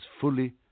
fully